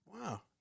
Wow